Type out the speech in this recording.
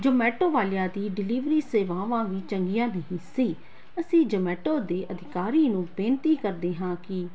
Zomato ਵਾਲਿਆਂ ਦੀ delivery ਸੇਵਾਵਾਂ ਵੀ ਚੰਗੀਆਂ ਨਹੀਂ ਸੀ ਅਸੀਂ ਜਮੈਟੋ ਦੇ ਅਧਿਕਾਰੀ ਨੂੰ ਬੇਨਤੀ ਕਰਦੇ ਹਾਂ ਕਿ